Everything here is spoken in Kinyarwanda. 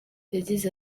yagize